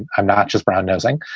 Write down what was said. i'm not just brownnosing.